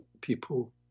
people